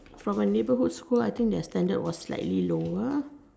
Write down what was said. from a neighborhood school I think their standard was slightly lower